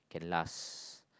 can last